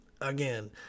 again